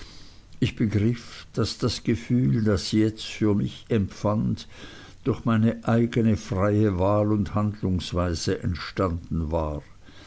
ich begriff daß das gefühl das sie jetzt für mich empfand durch meine eigne freie wahl und handlungsweise entstanden war